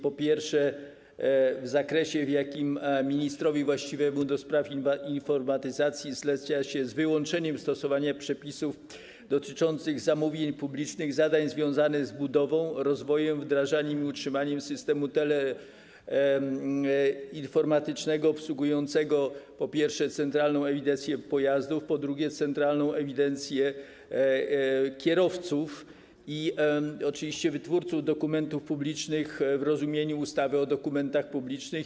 Po pierwsze, w zakresie, w jakim ministrowi właściwemu do spraw informatyzacji zleca się z wyłączeniem stosowania przepisów dotyczących zamówień publicznych zadania związane z budową, rozwojem, wdrażaniem i utrzymaniem systemu teleinformatycznego obsługującego: po pierwsze, centralną ewidencję pojazdów, po drugie, centralną ewidencję kierowców i oczywiście wytwórców dokumentów publicznych w rozumieniu ustawy o dokumentach publicznych.